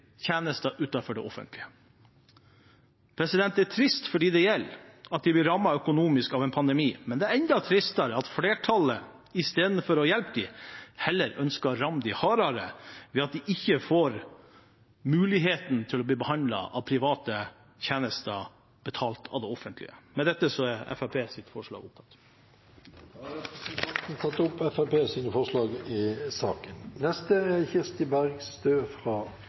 tjenester utenfor det offentlige. Det er trist for dem det gjelder, at de blir rammet økonomisk av en pandemi, men det er enda tristere at flertallet istedenfor å hjelpe dem heller ønsker å ramme dem hardere, ved at de ikke får muligheten til å bli behandlet av private tjenester betalt av det offentlige. Med dette er Fremskrittspartiets forslag tatt opp. Representanten Dagfinn Henrik Olsen har tatt opp det forslaget han refererte til. Det er umiddelbart lett å få sympati for forslaget som er fremmet, og